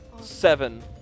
seven